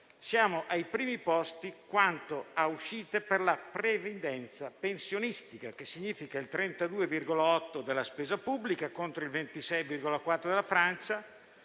siamo ai primi posti quanto a uscite per la previdenza pensionistica, il che significa il 32,8 per cento della spesa pubblica contro il 26,4 per cento della Francia,